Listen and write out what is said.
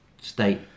state